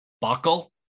buckle